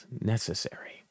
necessary